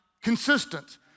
consistent